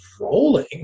rolling